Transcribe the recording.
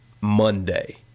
monday